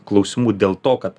klausimų dėl to kad